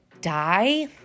die